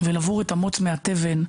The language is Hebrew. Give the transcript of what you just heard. ולבור את המוץ מהתבן,